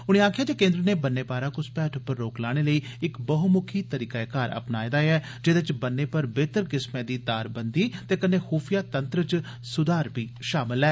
उनें आक्खेआ जे केंद्र नै ब'न्ने पारा घुसपैठ पर रोक लाने लेई इक बहुमुखी तरीकाकार अपनाएं दा ऐ जेदे च ब'न्ने पर बेहतर किस्मै दी तारबन्दी ते कन्नै खुफिया तंत्र च सुधार बी शामल ऐ